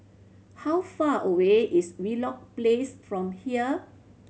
how far away is Wheelock Place from here